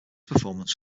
performance